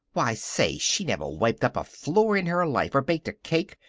why, say, she never wiped up a floor in her life, or baked a cake,